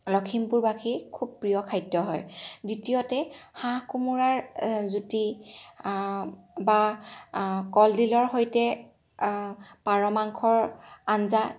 লখিমপুৰবাসীৰ খুব প্ৰিয় খাদ্য হয় দ্বিতীয়তে হাঁহ কোমোৰাৰ জুতি বা কলডিলৰ সৈতে পাৰ মাংসৰ আঞ্জা